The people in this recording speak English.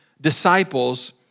disciples